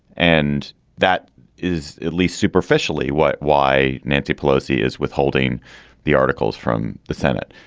and that is at least superficially, what why nancy pelosi is withholding the articles from the senate.